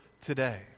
today